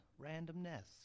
Randomness